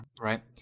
right